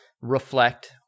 reflect